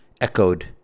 echoed